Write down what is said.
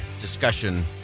discussion